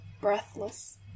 breathless